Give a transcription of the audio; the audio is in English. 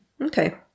Okay